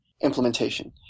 implementation